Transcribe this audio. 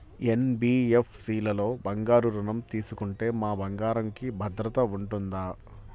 NBFC లలో బంగారు ఋణం తీసుకుంటే మా బంగారంకి భద్రత ఉంటుందా?